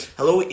Hello